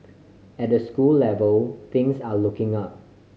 at the school level things are looking up